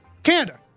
Canada